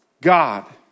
God